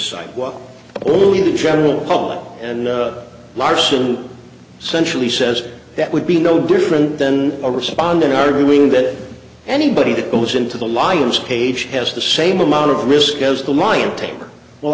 sidewalk only the general public and larson centrally says that would be no different than a responding arguing that anybody that goes into the lion's cage has the same amount of risk as the lion tamer will